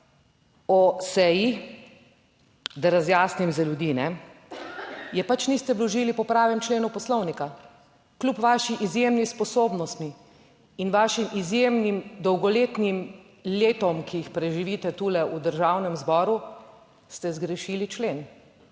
o seji, da razjasnim za ljudi, ne. Je pač niste vložili po pravem členu poslovnika. Kljub vaši izjemni sposobnosti in vašim izjemnim dolgoletnim letom, ki jih preživite tule v Državnem zboru, ste zgrešili člen.